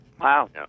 Wow